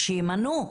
שימנו.